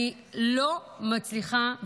אני לא מצליחה,